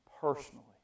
personally